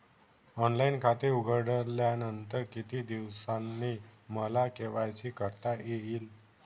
Online खाते उघडल्यानंतर किती दिवसांनी मला के.वाय.सी करता येईल?